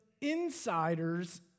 insiders